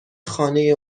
خانه